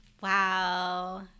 wow